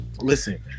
Listen